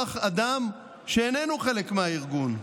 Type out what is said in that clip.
לשלוח אדם שאיננו חלק מהארגון.